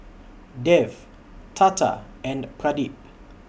Dev Tata and Pradip